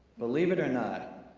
believe it or not,